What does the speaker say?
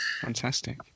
fantastic